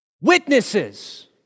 Witnesses